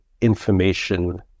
information